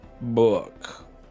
book